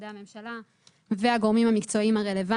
בצהלה וגם בבני-ברק במעון של "אוהל שרה",